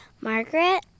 Margaret